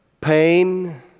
pain